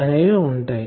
అనేవి ఉంటాయి